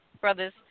brothers